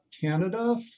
canada